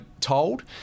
told